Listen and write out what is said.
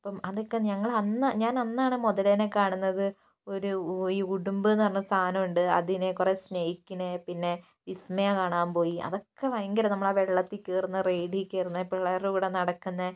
അപ്പം അതൊക്കെ ഞങ്ങൾ അന്ന് ഞാനന്നാണ് മുതലേനെ കാണുന്നത് ഒരു ഈ ഉടുമ്പെന്നു പറയുന്ന സാധനം ഉണ്ട് അതിനെ കുറേ സ്നെയ്ക്കിനെ പിന്നെ വിസ്മയ കാണാൻ പോയി അതൊക്കെ ഭയങ്കര നമ്മൾ ആ വെള്ളത്തിൽ കയറുന്ന റൈഡിൽ കയറുന്ന പിള്ളേരുടെ കൂടെ നടക്കുന്ന